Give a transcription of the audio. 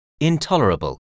Intolerable